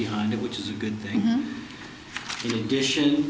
behind it which is a good thing the dish and